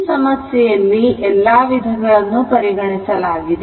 ಈ ಸಮಸ್ಯೆಯ ಎಲ್ಲಾ ವಿಧಗಳನ್ನು ಪರಿಗಣಿಸಲಾಗಿದೆ